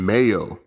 Mayo